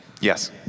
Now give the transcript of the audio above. Yes